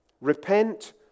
repent